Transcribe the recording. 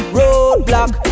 roadblock